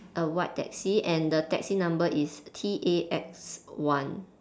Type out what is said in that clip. a white taxi and the taxi number is T A X one